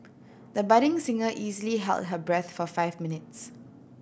the budding singer easily held her breath for five minutes